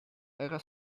era